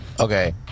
okay